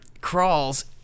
crawls